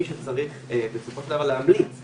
מי שצריך להמליץ בסופו של דבר,